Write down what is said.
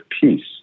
peace